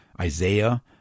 Isaiah